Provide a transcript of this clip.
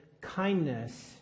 kindness